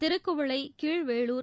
Thirukkuvalai Kilvelur